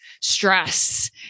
stress